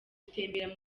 gutemberera